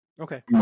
okay